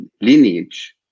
lineage